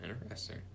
interesting